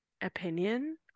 opinion